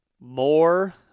more